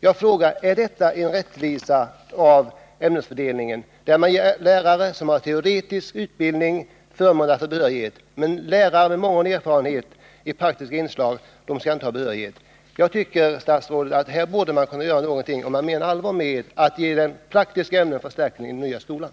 Jag frågar: Är det rättvisa i ämnesfördelningen, när man ger lärare som har teoretisk utbildning förmånen att få behörighet, medan lärare med mångårig erfarenhet av praktiska inslag inte skall ha behörighet? Jag tycker, fru statsråd, att man här borde kunna göra någonting om man menar allvar med att ge de praktiska ämnena en förstärkning i den nya skolan.